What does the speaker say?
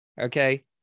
Okay